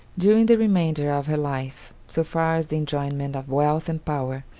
during the remainder of her life, so far as the enjoyment of wealth and power,